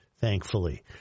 thankfully